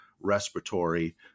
respiratory